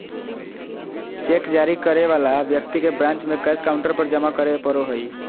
cheque जारी करे वाला व्यक्ति के ब्रांच में कैश काउंटर पर जमा करे पड़ो हइ